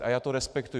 A já to respektuji.